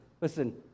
listen